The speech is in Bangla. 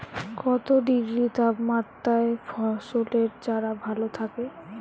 কত ডিগ্রি তাপমাত্রায় ফসলের চারা ভালো থাকে?